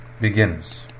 Begins